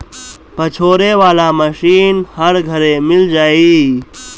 पछोरे वाला मशीन हर घरे मिल जाई